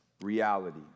reality